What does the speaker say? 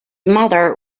mother